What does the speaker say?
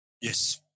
Yes